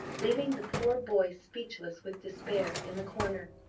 leaving the poor boy speechless with despair in the corner.